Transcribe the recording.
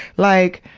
like,